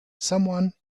someone